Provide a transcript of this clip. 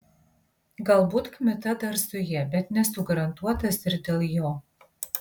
galbūt kmita dar su ja bet nesu garantuotas ir dėl jo